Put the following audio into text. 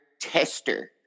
tester